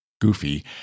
goofy